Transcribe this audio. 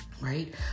Right